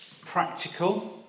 practical